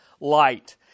light